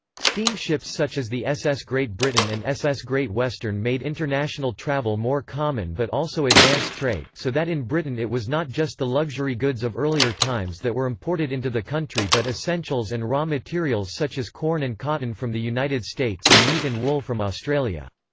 steam ships such as the ss great britain and ss great western made international travel more common but also advanced trade, so that in britain it was not just the luxury goods of earlier times that were imported into the country but essentials and raw materials such as corn and cotton from the united states and meat and wool from australia.